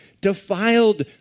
defiled